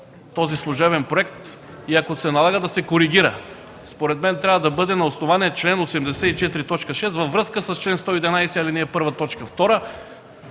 този служебен проект и ако се налага – да се коригира. Според мен, трябва да бъде на основание чл. 84, т. 6, във връзка с чл. 111,